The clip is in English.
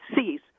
cease